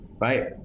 Right